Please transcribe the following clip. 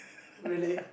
really